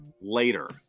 later